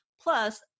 Plus